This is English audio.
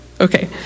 Okay